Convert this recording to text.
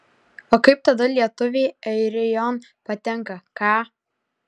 o kaip tada lietuviai airijon patenka ką